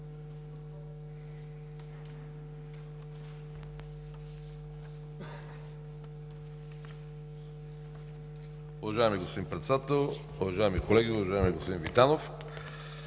Уважаеми господин Председател, уважаеми колеги, уважаеми господин Витанов!